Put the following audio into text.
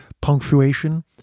punctuation